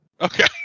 Okay